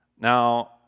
Now